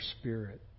Spirit